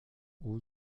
aux